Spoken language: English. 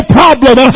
problem